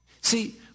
See